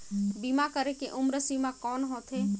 बीमा करे के उम्र सीमा कौन होथे?